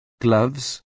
gloves